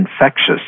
infectious